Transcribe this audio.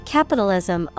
Capitalism